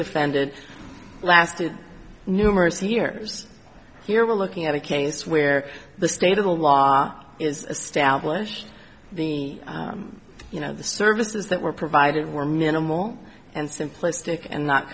defended lasted numerous hears here we're looking at a case where the state of the law is established you know the services that were provided were minimal and simplistic and not